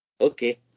Okay